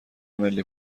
ملی